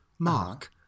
Mark